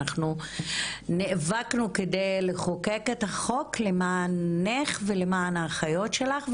ואנחנו נאבקנו כדי לחוקק את החוק למענך ולמען האחיות שלך,